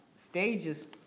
stages